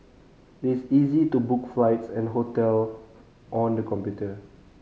this is easy to book flights and hotel on the computer